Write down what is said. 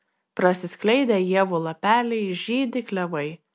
prasiskleidę ievų lapeliai žydi klevai